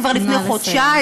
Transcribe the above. כבר לפני חודשיים,